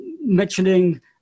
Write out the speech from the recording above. Mentioning